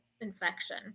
infection